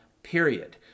Period